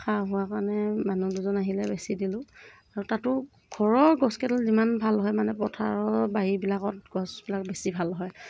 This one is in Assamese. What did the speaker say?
খাৰ হোৱা কাৰণে মানুহ দুজন আহিলে বেছি দিলোঁ আৰু তাতো ঘৰৰ গছকেইডাল যিমান ভাল হয় মানে পথাৰৰ বাৰীবিলাকত গছবিলাক বেছি ভাল হয়